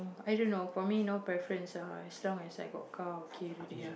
i don't know for me no preference lah as long as I got car okay already ah